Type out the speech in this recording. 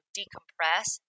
decompress